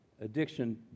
addiction